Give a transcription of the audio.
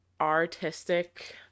artistic